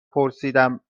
پرسیدم